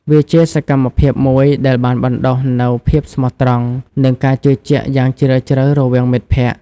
វាជាសកម្មភាពមួយដែលបានបណ្តុះនូវភាពស្មោះត្រង់និងការជឿជាក់យ៉ាងជ្រាលជ្រៅរវាងមិត្តភក្តិ។